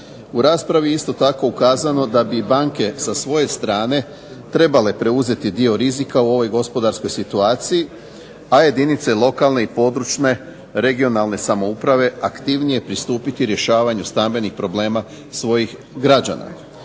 U raspravi je isto tako ukazano da bi banke sa svoje strane trebale preuzeti dio rizika u ovoj gospodarskoj situaciji, a jedinice lokalne i područne regionalne samouprave aktivnije pristupiti rješavanju stambenih problema svojih građana.